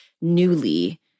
newly